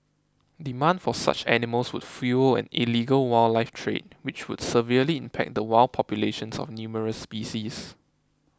demand for such animals would fuel an illegal wildlife trade which would severely impact the wild populations of numerous species